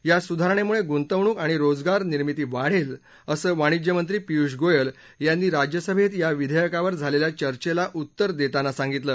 या सुधारणेमुळे गुतवणूक आणि रोजगार निर्मिती वाढल असं वाणिज्य मंत्री पियूष गोयल यांनी राज्यसभेत या विधेयकावर झालेल्या चर्चेला उत्तर देताना सांगितलं